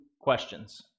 questions